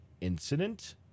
Incident